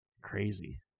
Crazy